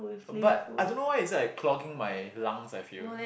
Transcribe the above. but I don't know why is it like clogging my lungs I feel